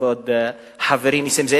כבוד חברי נסים זאב,